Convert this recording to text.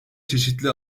çeşitli